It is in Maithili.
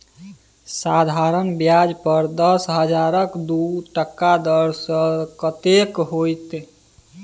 साधारण ब्याज पर दस हजारक दू टका दर सँ कतेक होएत?